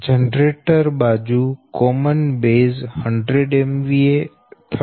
generator બાજુ common base 100 MVA અને 13